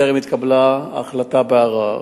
טרם התקבלה החלטה בערר.